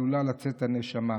עלולה לצאת הנשמה.